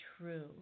true